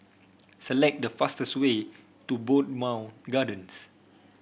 select the fastest way to Bowmont Gardens